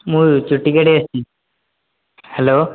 ମୁଁ ଚୁଟି କାଟି ଆସିଛି ହ୍ୟାଲୋ